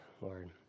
Lord